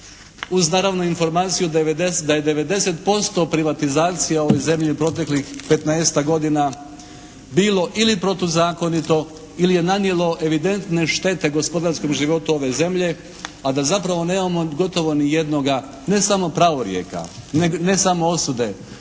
uz naravno informaciju da je 90% privatizacije u ovoj zemlji u proteklih 15-tak godina bilo ili protuzakonito ili je nanijelo evidentne štete gospodarskom životu ove zemlje, a da zapravo nemamo gotovo ni jednoga ne samo pravorijeka, ne samo osude,